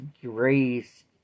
grace